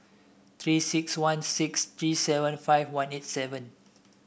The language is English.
Three six one six three seven five one eight seven